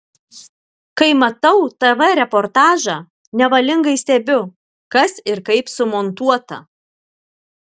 kai matau tv reportažą nevalingai stebiu kas ir kaip sumontuota